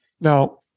Now